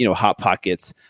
you know hot pockets,